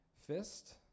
fist